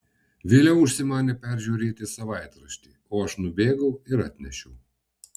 vėliau užsimanė peržiūrėti savaitraštį o aš nubėgau ir atnešiau